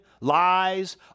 lies